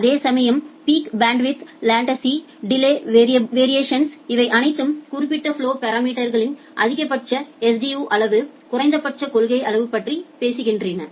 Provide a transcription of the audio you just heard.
அதேசமயம் peak bandwidth latency delay variation இவை அனைத்தும் குறிப்பிட்ட ஃபலொவின் பாராமீட்டர்களின் அதிகபட்ச Sdu அளவு குறைந்தபட்ச கொள்கை அளவு பற்றி பேசுகின்றன